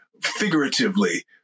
figuratively